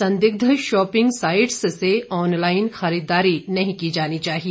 संदिग्ध shopping sites से online खरीददारी नहीं की जानी चाहिए